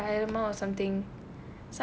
dilemma dilemma or something